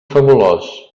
fabulós